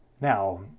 Now